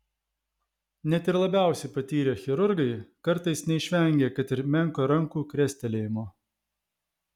net ir labiausiai patyrę chirurgai kartais neišvengia kad ir menko rankų krestelėjimo